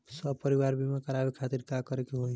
सपरिवार बीमा करवावे खातिर का करे के होई?